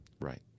Right